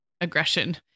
aggression